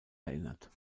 erinnert